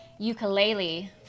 Ukulele